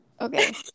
Okay